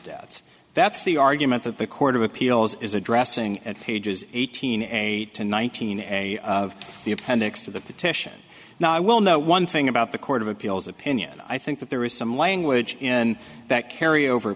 debts that's the argument that the court of appeals is addressing at pages eighteen eighteen one thousand and the appendix to the petition now i will know one thing about the court of appeals opinion i think that there is some language in that carry over